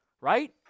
right